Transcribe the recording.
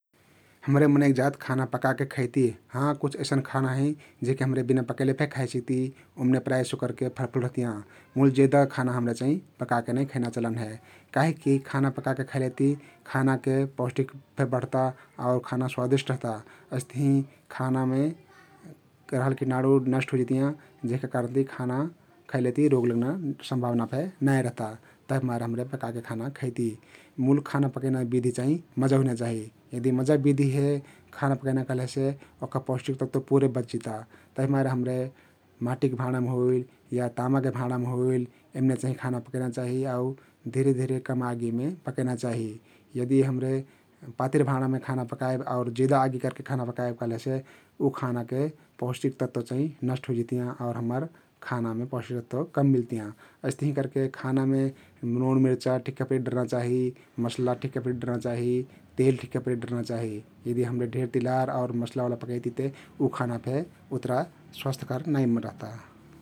हम्रे मनैक जात खाना पकाके खैती । हाँ कुछ अइसन खाना हँइ जेहके हम्रे बिना पकैले फे खाइ सक्ती ओमने प्रायजसो करके फलफुल रहतियाँ । मुल जेदा खाना हम्रे चाहिं पकाके नै खैना चलन हे कहिकी खाना पकाके खैलेती खानाके पौष्टिक फे बढ्ता आउ खाना स्वादिस्ट रहता । अइस्तहिं खानामे रहल किटाणु नष्ट हुइजितियाँ जेहका कारनति खाना खैलेती रोग लग्ना सम्भाबना फे नाई रहता । तभिमारे हमरे पकाके खाना खैती । मुल खाना पकैना बिधी चाहिं मजा हुइना चाहि । यदि मजा बिधी हे खाना पकैना कहलेसे ओहका पौष्टिक तत्व पुरे बचजिता । तभिमारे हमरे माटीक भाँडाम होइल या तामक भाँडम होइल यमने चाहिं खाना पकैना चाही आउ धिरे धिरे कम आगीमे पकैना चाहि । यदि हम्रे पातिर भाँढमे खाना पकाइब आउ जेदा आगिमे खाना पकाइब कहलेसे उ खानाके पौष्टिक तत्व नष्ट हुइजितियाँ आउर हम्मर खानामे पौष्टिक तत्व कम मिल्तियाँ । अइस्तहिं करके खानामे नोन मिर्चा ठिक्के परिक डर्ना चाहि, मसला ठिक्के परिक डर्ना चाहि, तेल ठिक्के परिक डर्ना चाहि । यदि हम्रे ढेर तिलार आउ मसला ओला पकैतिते उ खाना फेर उत्रा स्वास्थकर नाइ रहता ।